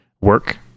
work